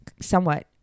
somewhat